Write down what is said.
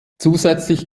zusätzlich